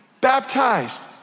baptized